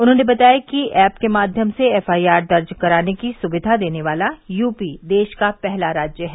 उन्होंने बताया कि एप के माध्यम से एफआईआर दर्ज कराने की सुविधा देने वाला यूपी देश का पहला राज्य है